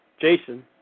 Jason